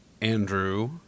Andrew